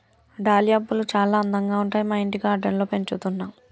dahlia పూలు చాల అందంగా ఉంటాయి మా ఇంటి గార్డెన్ లో పెంచుతున్నా